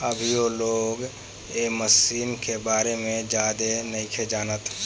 अभीयो लोग ए मशीन के बारे में ज्यादे नाइखे जानत